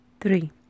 Three